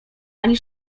ani